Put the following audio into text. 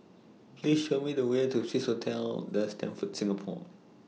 Please Show Me The Way to Swissotel The Stamford Singapore